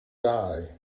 die